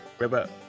Weber